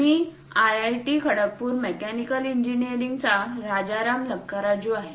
मी IIT Kharagpur mechanical इंजिनीअरिंगचा राजाराम लकाराजू आहे